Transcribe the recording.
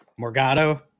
Morgado